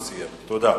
תודה.